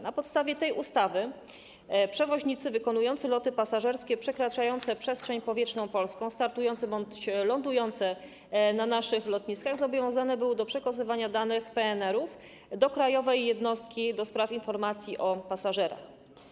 Na podstawie tej ustawy przewoźnicy wykonujący loty pasażerskie przekraczające przestrzeń powietrzną polską, startujące bądź lądujące na naszych lotniskach, zobowiązani byli do przekazywania danych PNR do Krajowej Jednostki do spraw Informacji o Pasażerach.